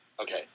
Okay